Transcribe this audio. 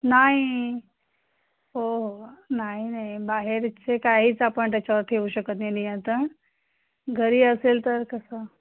नाही हो हो नाही नाही बाहेरचे काहीच आपण त्याच्यावर ठेऊ शकत नाही नियंत्रण घरी असेल तर कसं